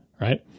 Right